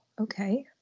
okay